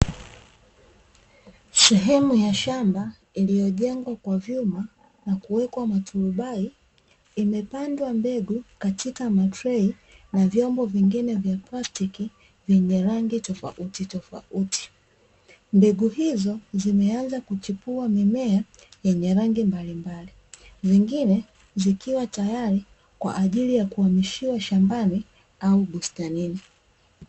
Sehemu ya shamba iliyojengwa kwa vyuma na kuwekwa maturubai, imepandwa mbegu katika matrei na vyombo vingine vya plastiki vyenye rangi tofautitofauti. Mbegu hizo zimeanza kuchipua mimea yenye rangi mbalimbali, zingine zikiwa tayari kwa ajili ya kuhamishiwa shambani au bustanini.